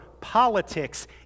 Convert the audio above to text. politics